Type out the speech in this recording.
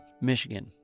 Michigan